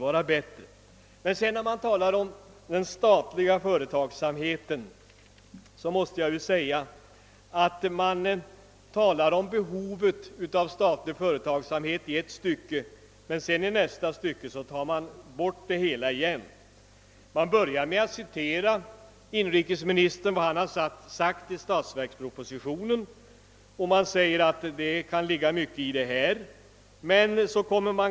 När man sedan behandlar den statliga företagsamheten framhåller motionärerna i ett stycke behovet av statlig företagsamhet men tar i det därpå följande tillbaka vad man skrivit om detta. Man börjar med att citera vad inrikesministern skrivit i statsverkspropositionen och säger att det kan ligga mycket i detta.